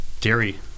Dairy